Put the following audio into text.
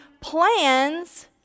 plans